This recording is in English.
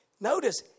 Notice